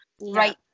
right